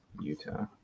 Utah